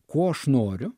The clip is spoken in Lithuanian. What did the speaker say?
ko aš noriu